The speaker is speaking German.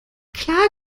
klar